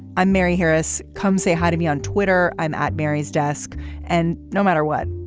i'm mary harris. come say hi to me on twitter. i'm at mary's desk and no matter what.